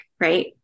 right